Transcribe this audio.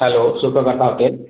hello Sukhkarta hotel